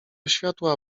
światła